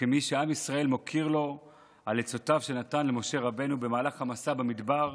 וכמי שעם ישראל מוקיר אותו על העצות שנתן למשה רבנו במהלך המסע במדבר.